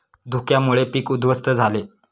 धुक्यामुळे पीक उध्वस्त झाले